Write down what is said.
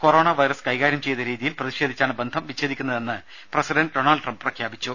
corona virus കൈകാര്യം ചെയ്ത രീതിയിൽ പ്രതിഷേധിച്ചാണ് ബന്ധം വിച്ഛേദിക്കുന്നതെന്ന് പ്രസിഡന്റ് ഡൊണാൾഡ് ട്രംപ് പ്രഖ്യാപിച്ചു